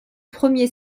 premier